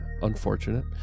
unfortunate